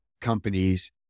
companies